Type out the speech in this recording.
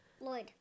Lloyd